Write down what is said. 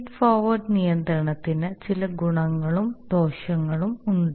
feed forward നിയന്ത്രണത്തിന് ചില ഗുണങ്ങളും ദോഷങ്ങളും ഉണ്ട്